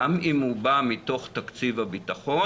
גם אם הוא בא מתוך תקציב הבטחון,